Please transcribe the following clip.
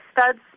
studs